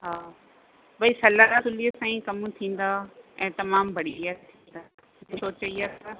हा भाई सलाहु सुलीह सां ई कम थींदा ऐं तमामु बढ़िया सुठी सोच ईअं आहे